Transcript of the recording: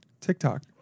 TikTok